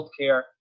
healthcare